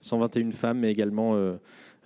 121 femmes également